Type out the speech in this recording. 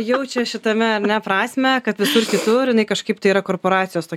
jaučia šitame ar ne prasmę kad visur kitur jinai kažkaip tai yra korporacijos tokia